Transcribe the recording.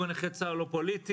ארגון נכי צה"ל הוא לא פוליטי.